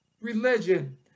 religion